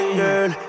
girl